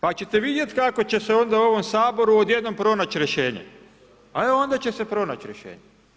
Pa ćete vidjeti kako će se onda u ovom Saboru odjednom pronaći rješenje, e onda će se pronaći rješenje.